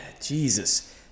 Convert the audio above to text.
Jesus